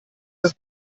ist